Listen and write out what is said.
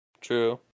True